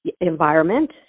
environment